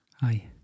Hi